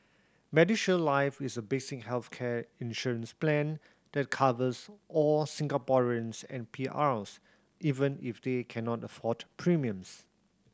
MediShield Life is a basic healthcare insurance plan that covers all Singaporeans and P Rs even if they cannot afford premiums